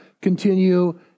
continue